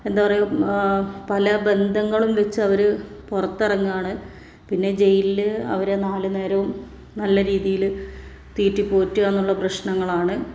എന്താ പറയുക പല ബന്ധങ്ങളും വച്ച് അവര് പുറത്തിറങ്ങുകയാണ് പിന്നെ ജയിലില് അവരെ നാല് നേരവും നല്ല രീതിയിൽ തീറ്റിപ്പോറ്റുക എന്നുള്ള പ്രശ്നങ്ങൾ ആണ്